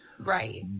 Right